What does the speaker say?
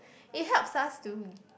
it helps us to